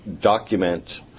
document